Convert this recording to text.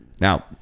Now